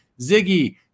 Ziggy